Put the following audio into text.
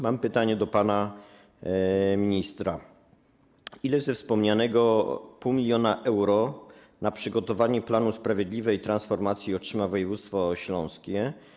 Mam pytania do pana ministra: Ile ze wspomnianego 0,5 mln euro na przygotowanie planu sprawiedliwej transformacji otrzyma województwo śląskie?